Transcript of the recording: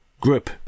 group